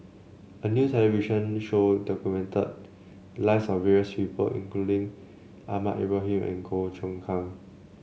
a new television show documented lives of various people including Ahmad Ibrahim and Goh Choon Kang